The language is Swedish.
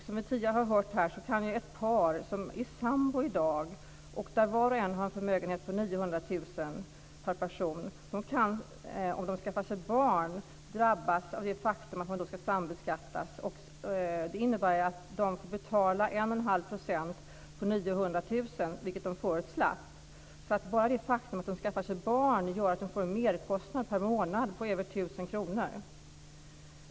Som vi tidigare har hört här kan också ett par som i dag är sambor, och där var och en har en förmögenhet på 900 000 kr, om man skaffar sig barn drabbas av det faktum att man då ska sambeskattas. Det innebär att man får betala 1 1⁄2 % på 900 000 kr, vilket man förut slapp. Bara det faktum att paret skaffar sig barn gör alltså att man får en merkostnad per månad på över 1 000 kr.